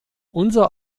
unser